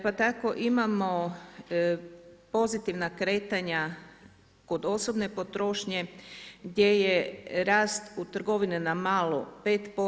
Pa tako imamo pozitivna kretanja kod osobne potrošnje, gdje je rast u trgovini na malo 5%